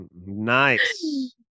Nice